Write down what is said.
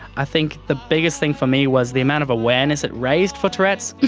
i think the biggest thing for me was the amount of awareness it raised for tourette's.